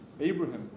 Abraham